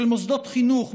של מוסדות חינוך,